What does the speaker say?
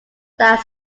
that